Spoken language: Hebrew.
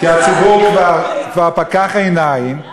כי הציבור כבר פקח עיניים,